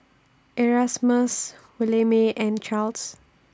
Erasmus Williemae and Charls